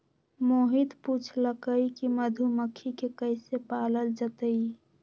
मोहित पूछलकई कि मधुमखि के कईसे पालल जतई